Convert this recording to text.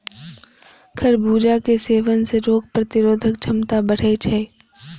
खरबूजा के सेवन सं रोग प्रतिरोधक क्षमता बढ़ै छै